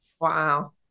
Wow